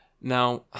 now